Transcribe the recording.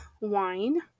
Wine